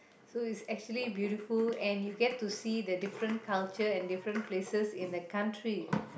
so it's actually beautiful and you get to see the different culture and different places and in their country